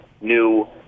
new